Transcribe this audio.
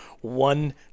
one